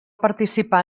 participar